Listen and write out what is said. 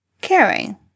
caring